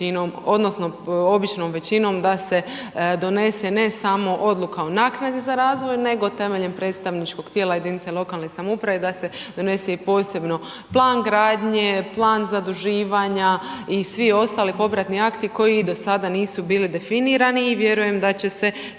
odnosno običnom većinom da se donese, ne samo odluka o naknadi za razvoj, nego temeljem predstavničkog tijela jedinica lokalne samouprave, da se donese i posebno plan gradnje, plan zaduživanja i svi ostali popratni akti koji do sada nisu bili definirani i vjerujem da će se